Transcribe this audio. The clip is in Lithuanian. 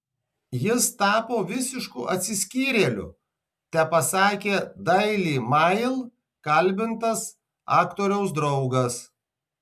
jis tapo visišku atsiskyrėliu tepasakė daily mail kalbintas aktoriaus draugas